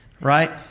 right